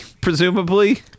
presumably